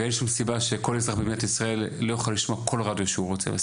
ואין שום סיבה שכל אזרח במדינת ישראל יוכל לשמוע כל רדיו שהוא רוצה.